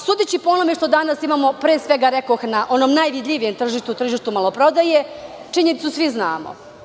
Sudeći po onome što danas imamo kao što imamo na onom najvidljivijem tržištu, tržištu maloprodaje, činjenicu svi znamo.